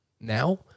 now